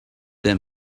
their